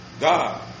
God